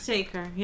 Zeker